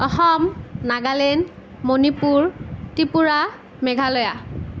Assam Nagaland Manipur Tripura Meghalaya